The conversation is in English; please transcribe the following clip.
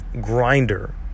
grinder